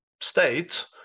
state